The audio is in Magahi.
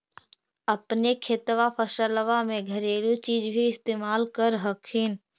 अपने खेतबा फसल्बा मे घरेलू चीज भी इस्तेमल कर हखिन?